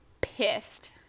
pissed